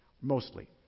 mostly